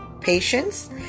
patience